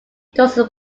dozen